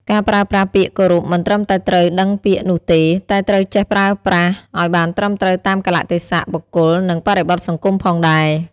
ការប្រើប្រាស់ពាក្យគោរពមិនត្រឹមតែត្រូវដឹងពាក្យនោះទេ តែត្រូវចេះប្រើប្រាស់ឱ្យបានត្រឹមត្រូវតាមកាលៈទេសៈ បុគ្គល និងបរិបទសង្គមផងដែរ។